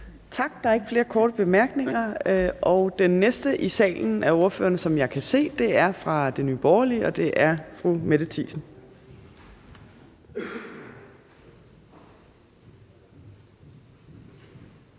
Tak. Der er ikke flere korte bemærkninger. Den næste ordfører, jeg kan se er i salen, er fra Nye Borgerlige, og det er fru Mette Thiesen.